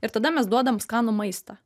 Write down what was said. ir tada mes duodam skanų maistą